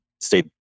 stay